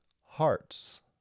hearts